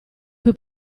cui